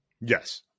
Yes